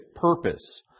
purpose